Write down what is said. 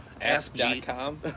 Ask.com